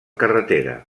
carretera